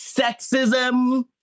sexism